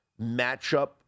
matchup